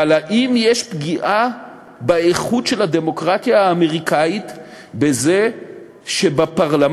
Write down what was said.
אבל האם יש פגיעה באיכות של הדמוקרטיה האמריקנית בזה שבפרלמנט,